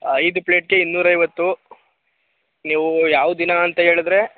ಐದು ಪ್ಲೇಟ್ಗೆ ಇನ್ನೂರ ಐವತ್ತು ನೀವು ಯಾವ ದಿನ ಅಂತ ಹೇಳಿದ್ರೆ